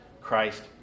Christ